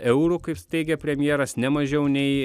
eurų kaip teigė premjeras ne mažiau nei